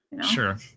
Sure